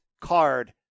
card